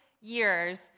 years